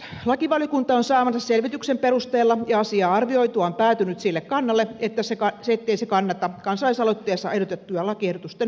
lakivaliokunta on saamansa selvityksen perusteella ja asiaa arvioituaan päätynyt sille kannalle ettei se kannata kansalaisaloitteessa ehdotettujen lakiehdotusten hyväksymistä